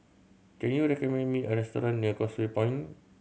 can you recommend me a restaurant near Causeway Point